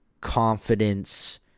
confidence